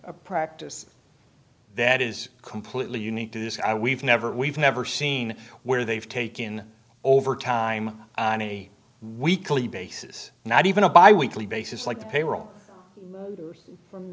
a practice that is completely unique to this i we've never we've never seen where they've taken over time on a weekly basis not even a bi weekly basis like the payroll